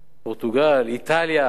פורטוגל, איטליה.